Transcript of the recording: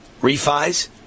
refis